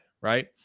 right